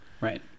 Right